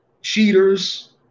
cheaters